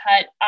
cut